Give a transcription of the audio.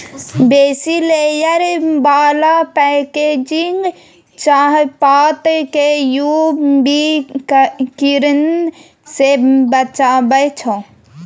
बेसी लेयर बला पैकेजिंग चाहपात केँ यु वी किरण सँ बचाबै छै